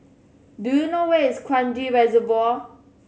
do you know where is Kranji Reservoir